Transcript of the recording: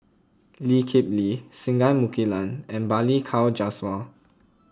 Lee Kip Lee Singai Mukilan and Balli Kaur Jaswal